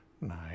Nice